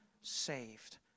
saved